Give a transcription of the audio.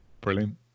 Brilliant